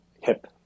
hip